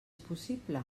possible